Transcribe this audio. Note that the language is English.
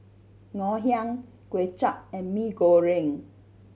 Ngoh Hiang Kuay Chap and Mee Goreng